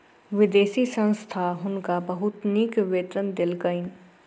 विदेशी संस्था हुनका बहुत नीक वेतन देलकैन